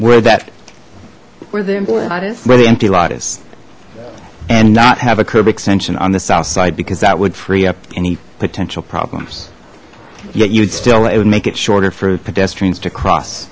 where that is where the empty lot is and not have a curb extension on the south side because that would free up any potential problems yet you'd still it would make it shorter for pedestrians to cross